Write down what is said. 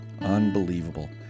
Unbelievable